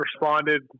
responded